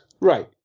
right